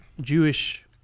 Jewish